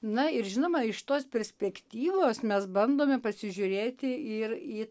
na ir žinoma iš tos perspektyvos mes bandome pasižiūrėti ir į